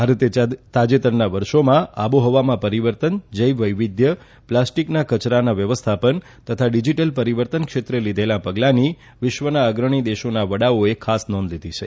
ભારતે તાજેતરના વર્ષોમાં આબોહવામાં પરિવર્તન જૈવ વૈવિધ્ય પ્લાસ્ટીકના કચરાના વ્યવસ્થાપન તથા ડિજીટલ પરિવર્તન ક્ષેત્રે લીધેલાં પગલાની વિશ્વના અગ્રણી દેશોના વડાઓએ ખાસ નોંધ લીધી છે